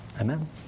Amen